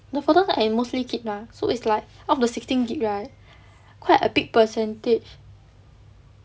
the photos I mostly keep lah so it's like of the sixteen gb right quite a big percentage